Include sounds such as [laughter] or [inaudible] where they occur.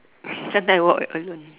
[laughs] sometime I walk alone